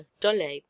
dole